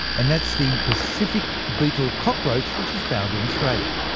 and that's the pacific beetle cockroach, which is found in australia.